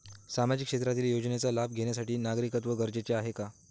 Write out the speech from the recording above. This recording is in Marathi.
सामाजिक क्षेत्रातील योजनेचा लाभ घेण्यासाठी नागरिकत्व गरजेचे आहे का?